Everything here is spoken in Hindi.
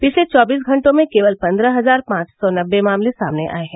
पिछले चौबीस घंटों में केवल पन्द्रह हजार पांच सौ नबे मामले सामने आये हैं